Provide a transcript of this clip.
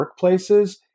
workplaces